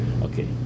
Okay